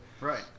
Right